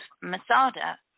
Masada